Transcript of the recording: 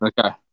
Okay